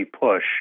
push